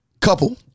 couple